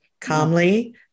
calmly